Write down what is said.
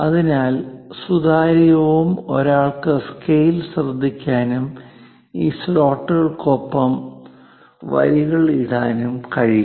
അതിനാൽ സുതാര്യവും ഒരാൾക്ക് സ്കെയിൽ ശ്രദ്ധിക്കാനും ഈ സ്ലോട്ടുകൾക്കൊപ്പം വരികൾ ഇടാനും കഴിയും